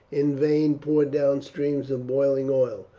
in vain poured down streams of boiling oil,